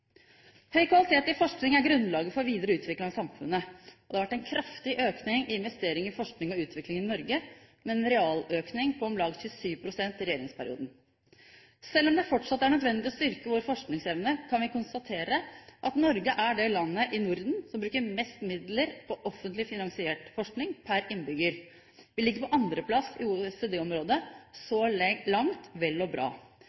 Høy kvalitet i forskning er grunnlaget for videre utvikling av samfunnet. Det har vært en kraftig økning i investeringene i forskning og utvikling i Norge, med en realøkning på om lag 27 pst. i regjeringsperioden. Selv om det fortsatt er nødvendig å styrke vår forskningsevne, kan vi konstatere at Norge er det landet i Norden som bruker mest midler på offentlig finansiert forskning per innbygger. Vi ligger på andreplass i OECD-området. Så langt vel og bra.